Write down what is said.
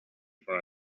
for